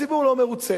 הציבור לא מרוצה.